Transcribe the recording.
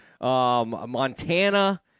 Montana